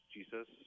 Jesus